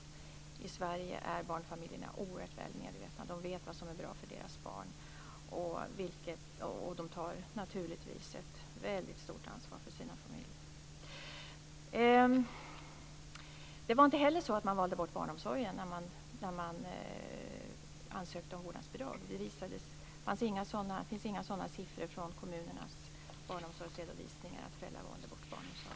I Sverige är föräldrarna oerhört väl medvetna. De vet vad som är bra för deras barn, och de tar naturligtvis ett väldigt stort ansvar för sina familjer. Det var inte så att man valde bort barnomsorgen när man ansökte om vårdnadsbidrag. Det finns inga siffror i kommunernas barnomsorgsredovisningar som visar att föräldrar valde bort barnomsorgen.